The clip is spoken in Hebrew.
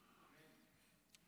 אמן.